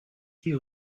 six